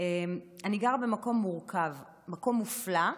אני גרה במקום מורכב, מקום מופלא,